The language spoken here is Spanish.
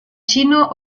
chino